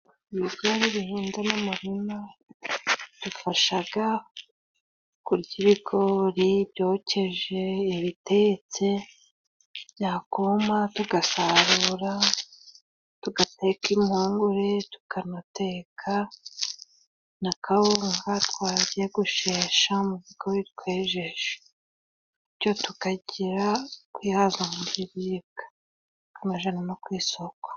Ibigori bihinze mu murima bidufashaga kurya ibigori byokeje, ibitetse byakuma tugasarura tugateka impungure, tukanateka na kawunga twagiye gushesha mu bigori twejeje, bityo tukagira kwihaza mu biribwa tukabijana no ku isoko.